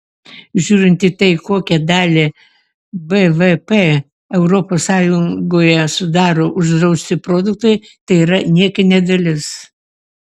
žiūrint į tai kokią dalį bvp europos sąjungoje sudaro uždrausti produktai tai yra niekinė dalis